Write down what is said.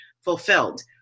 fulfilled